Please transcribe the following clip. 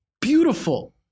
beautiful